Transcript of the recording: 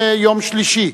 יום שלישי,